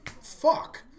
fuck